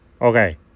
okay